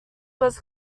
was